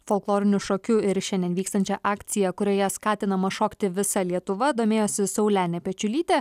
folkloriniu šokiu ir šiandien vykstančia akcija kurioje skatinama šokti visa lietuva domėjosi saulenė pečiulytė